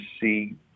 see